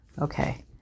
Okay